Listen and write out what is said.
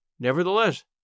Nevertheless